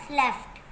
left